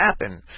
happen